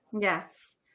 yes